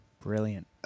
Brilliant